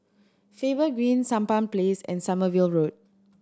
Faber Green Sampan Place and Sommerville Road